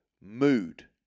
mood